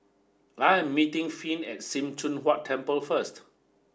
I am meeting Finn at Sim Choon Huat Temple first